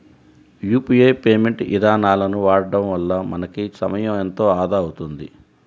UPI payment ఇదానాలను వాడడం వల్ల మనకి సమయం ఎంతో ఆదా అవుతుంది